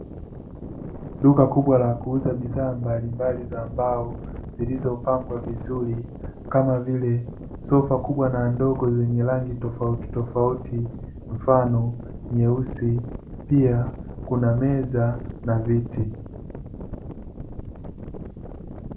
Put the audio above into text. Duka kubwa la kuuza bidhaa mbalimbali za mbao zilizopangwa vizuri kama vile sofa kubwa na ndogo zenye rangi tofautitofauti mfano nyeusi pia kuna meza na viti.